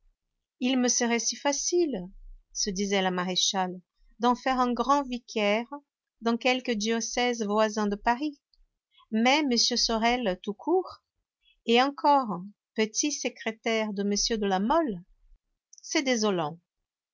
il me serait si facile se disait la maréchale d'en faire un grand vicaire dans quelque diocèse voisin de paris mais m sorel tout court et encore petit secrétaire de m de la mole c'est désolant